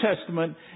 Testament